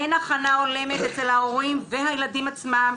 אין הכנה הולמת אצל ההורים והילדים עצמם,